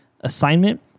assignment